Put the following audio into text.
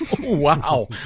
Wow